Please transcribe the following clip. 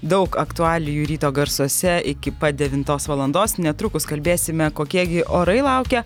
daug aktualijų ryto garsuose iki pat devintos valandos netrukus kalbėsime kokie gi orai laukia